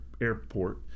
airport